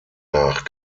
nach